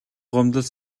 гомдол